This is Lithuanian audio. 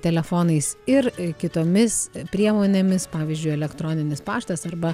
telefonais ir kitomis priemonėmis pavyzdžiui elektroninis paštas arba